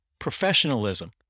professionalism